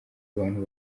abantu